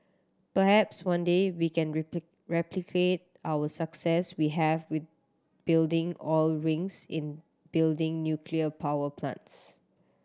perhaps one day we can replicate our success we have with building oil rings in building nuclear power plants